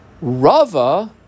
Rava